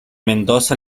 mendoza